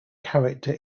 character